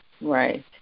right